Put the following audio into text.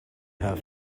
have